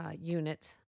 units